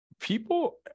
people